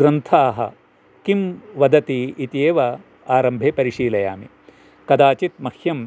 ग्रन्थाः किं वदति इत्येव आरम्भे परिशीलयामि कदाचित् मह्यं